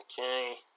Okay